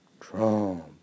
trump